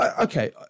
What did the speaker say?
Okay